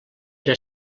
era